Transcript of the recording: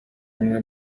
rumwe